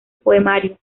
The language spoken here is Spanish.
poemarios